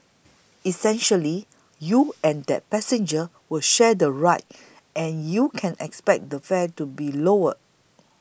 essentially you and that passenger will share the ride and you can expect the fare to be lower